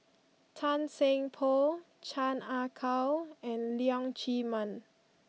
Tan Seng Poh Chan Ah Kow and Leong Chee Mun